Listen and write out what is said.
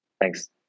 thanks